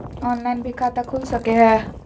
Online भी खाता खूल सके हय?